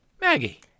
Maggie